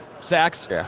sacks